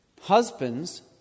Husbands